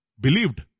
believed